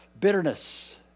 bitterness